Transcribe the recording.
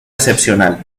excepcional